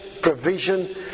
provision